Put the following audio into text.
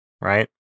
right